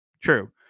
True